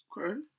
Okay